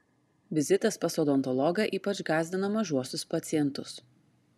vizitas pas odontologą ypač gąsdina mažuosius pacientus